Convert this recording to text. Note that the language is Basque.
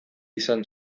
izan